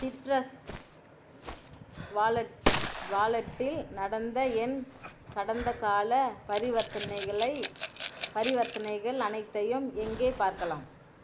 citrus wallet வாலெட்டில் நடந்த என் கடந்தகாலப் பரிவர்த்தனைகளை பரிவர்த்தனைகள் அனைத்தையும் எங்கே பார்க்கலாம்